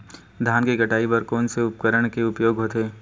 धान के कटाई बर कोन से उपकरण के उपयोग होथे?